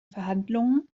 verhandlungen